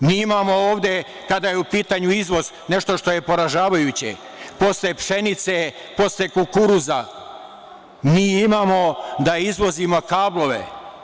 Mi imamo ovde, kada je u pitanju izvoz, nešto što je poražavajuće, posle pšenice, posle kukuruza, mi imamo da izvozimo kablove.